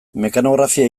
mekanografia